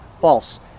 false